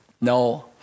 no